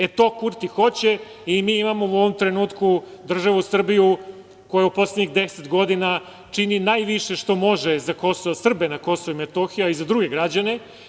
E, to Kurti hoće i mi imamo u ovom trenutku državu Srbiju koja u poslednjih deset godina čini najviše što može za Srbe na Kosovu i Metohiji, a i za druge građane.